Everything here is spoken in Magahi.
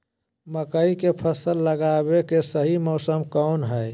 मकई के फसल लगावे के सही मौसम कौन हाय?